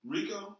Rico